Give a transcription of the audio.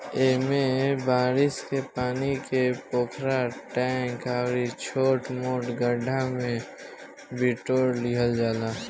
एमे बारिश के पानी के पोखरा, टैंक अउरी छोट मोट गढ्ढा में बिटोर लिहल जाला